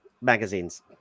magazines